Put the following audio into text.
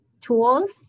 tools